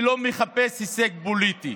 אני לא מחפש הישג פוליטי,